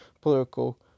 political